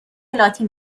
لاتین